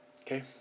Okay